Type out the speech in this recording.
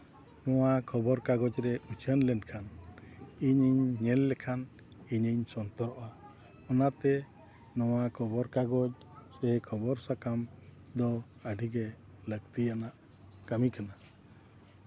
ᱱᱚᱣᱟ ᱠᱷᱚᱵᱚᱨ ᱠᱟᱜᱚᱡᱽ ᱨᱮ ᱩᱪᱷᱟᱹᱱ ᱞᱮᱱᱠᱷᱟᱱ ᱤᱧᱤᱧ ᱧᱮᱞ ᱞᱮᱠᱷᱟᱱ ᱤᱧᱤᱧ ᱥᱚᱱᱛᱚᱨᱚᱜᱼᱟ ᱚᱱᱟᱛᱮ ᱱᱚᱣᱟ ᱠᱷᱚᱵᱚᱨ ᱠᱟᱜᱚᱡᱽ ᱥᱮ ᱠᱷᱚᱵᱚᱨ ᱥᱟᱠᱟᱢ ᱫᱚ ᱟᱹᱰᱤᱜᱮ ᱞᱟᱹᱠᱛᱤᱭᱟᱱᱟᱜ ᱠᱟᱹᱢᱤ ᱠᱟᱱᱟ